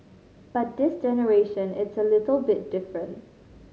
but this generation it's a little bit different